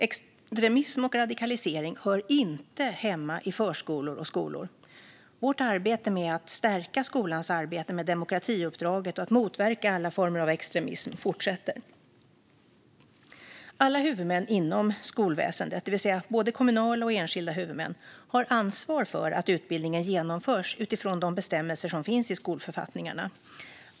Extremism och radikalisering hör inte hemma i förskolor och skolor. Vårt arbete med att stärka skolans arbete med demokratiuppdraget och att motverka alla former av extremism fortsätter. Alla huvudmän inom skolväsendet, det vill säga både kommunala och enskilda huvudmän, har ansvar för att utbildningen genomförs utifrån de bestämmelser som finns i skolförfattningarna.